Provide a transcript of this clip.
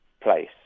place